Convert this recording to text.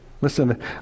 listen